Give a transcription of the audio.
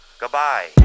Goodbye